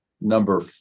number